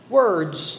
words